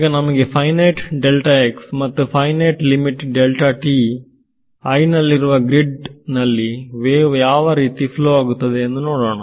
ಈಗ ನಮಗೆ ಫೈನಯ್ಟ್ ಮತ್ತು ಫೈನೈಟ್ ಲಿಮಿಟ್ i ನಲ್ಲಿರುವ ಗ್ರಿಡ್ ನಲ್ಲಿ ವೇವ್ ಯಾವ ರೀತಿ ಫ್ಲೊ ಆಗುತ್ತದೆ ಎಂದು ನೋಡೋಣ